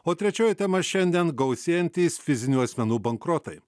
o trečioji tema šiandien gausėjantys fizinių asmenų bankrotai